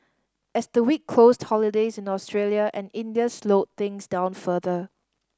as the week closed holidays in Australia and India slowed things down further